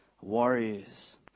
warriors